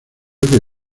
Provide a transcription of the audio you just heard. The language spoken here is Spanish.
que